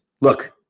look